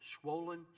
swollen